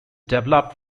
developed